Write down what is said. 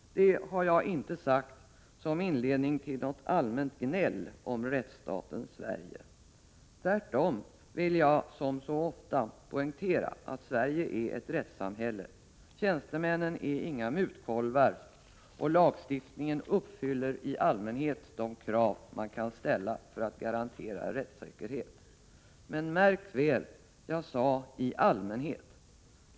Detta har jag inte sagt som inledning till något allmänt gnäll om rättsstaten Sverige. Tvärtom vill jag, som så ofta, poängtera att Sverige är ett rättssamhälle. Tjänstemännen är inga mutkolvar. Lagstiftningen uppfyller i allmänhet de krav man kan ställa för att garantera rättssäkerhet. Men märk väl, jag sade ”i allmänhet”.